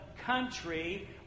country